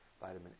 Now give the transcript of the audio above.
vitamin